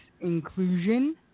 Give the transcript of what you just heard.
Inclusion